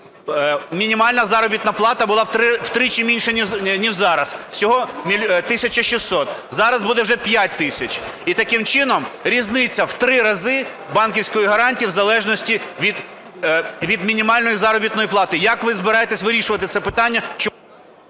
мінімальна заробітна плата була втричі менша ніж зараз, всього 1 тисяча 600, зараз буде вже 5 тисяч. І таким чином різниця в три рази банківської гарантії в залежності від мінімальної заробітної плати. Як ви збираєтесь вирішувати це питання?